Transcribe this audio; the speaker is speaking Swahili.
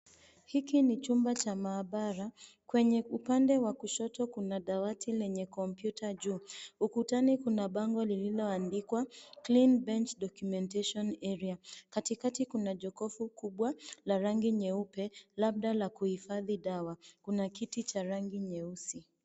Hiki ni chumba cha maabara. Kwenye upande wa kushoto kuna dawati lenye kompyuta juu. Ukutani kuna bango lililoandikwa, clean bench documentation area . Katikati kuna jokofu kubwa la rangi nyeupe, labda la kuhifadhi dawa. Kuna kiti cha rangi nyeusi.